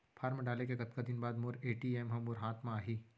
Form डाले के कतका दिन बाद मोर ए.टी.एम ह मोर हाथ म आही?